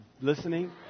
listening